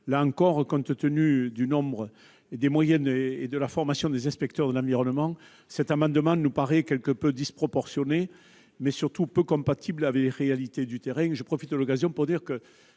Là encore, compte tenu du nombre, des moyens et de la formation des inspecteurs de l'environnement, cet amendement paraît quelque peu disproportionné, mais surtout peu compatible avec les réalités de terrain. J'en profite pour indiquer